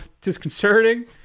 disconcerting